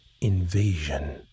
invasion